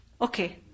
okay